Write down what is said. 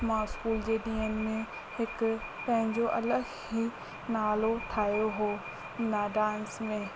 मां स्कूल जे ॾींहनि में हिकु पंहिंजो अलॻि ई नालो ठाहियो हो न डांस में